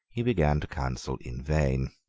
he began to counsel in vain.